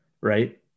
right